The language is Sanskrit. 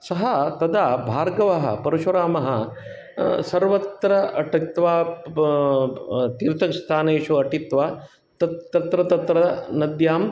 सः तदा भार्गवः परशुरामः सर्वत्र अटित्वा तीर्थस्थानेषु अटित्वा त तत्र तत्र नद्यां